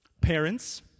Parents